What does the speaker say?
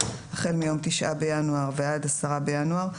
החל מיום 9 ינואר 2022 ועד 10 בינואר 2022,